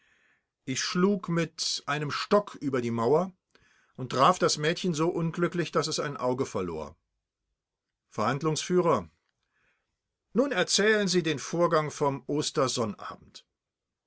ich schlug mit einem stock über die mauer und traf das mädchen so unglücklich daß es ein auge verlor verhandlungsführer nun erzählen sie den vorgang vom